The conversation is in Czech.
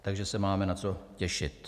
Takže se máme na co těšit.